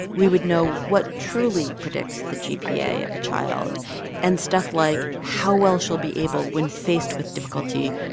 we would know what truly predicts the gpa of a child and stuff like how well she'll be able, when faced with difficulty,